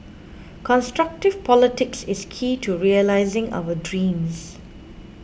constructive politics is key to realising our dreams